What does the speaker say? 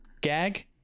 gag